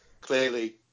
Clearly